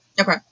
Okay